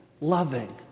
loving